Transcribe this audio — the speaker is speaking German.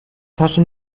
tasche